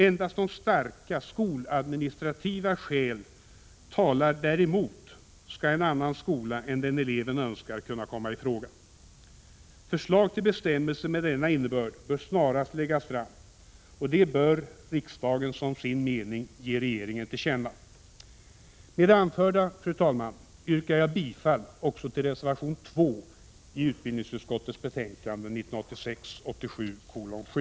Endast om starka skoladministrativa skäl talar däremot, skall en annan skola än den eleven önskar kunna komma i fråga. Förslag till bestämmelser med denna innebörd bör snarast läggas fram. Detta bör riksdagen som sin mening ge regeringen till känna. Med det anförda, fru talman, yrkar jag bifall också till reservation 2 till utbildningsutskottets betänkande 1986/87:7.